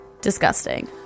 Disgusting